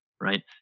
right